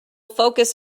focus